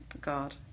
God